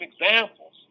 examples